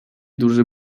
duży